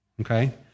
Okay